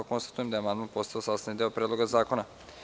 Konstatujem da je amandman postao sastavni deo Predloga zakona.